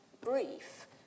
brief